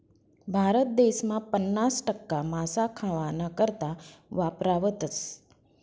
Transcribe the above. भारत देसमा पन्नास टक्का मासा खावाना करता वापरावतस